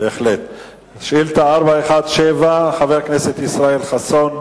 שאילתא 417 של חבר הכנסת ישראל חסון,